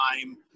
time